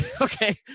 okay